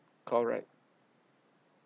correct